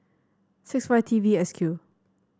six five T V S Q